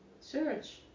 Search